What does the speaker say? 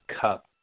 cup